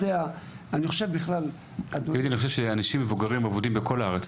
אני חושב שאנשים מבוגרים אבודים בכל הארץ,